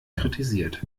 kritisiert